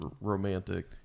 romantic